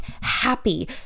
happy